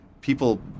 people